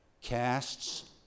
casts